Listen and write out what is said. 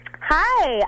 Hi